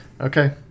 Okay